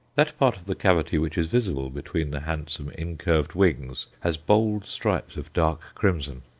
that part of the cavity which is visible between the handsome incurved wings has bold stripes of dark crimson.